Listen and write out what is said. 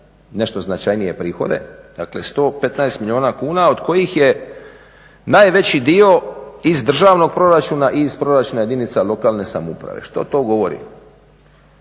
nešto značajnije prihode. Dakle, 115 milijuna kuna od kojih je najveći dio iz državnog proračuna i iz proračuna jedinica lokalne samouprave. Što to govori?